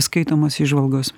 skaitomos įžvalgos